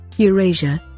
Eurasia